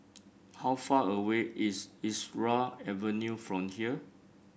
how far away is Irau Avenue from here